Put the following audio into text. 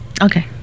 Okay